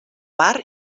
mar